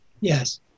yes